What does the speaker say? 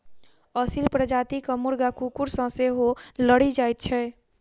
असील प्रजातिक मुर्गा कुकुर सॅ सेहो लड़ि जाइत छै